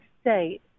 state